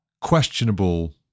questionable